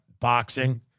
boxing